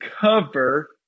cover